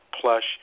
plush